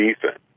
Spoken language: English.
defense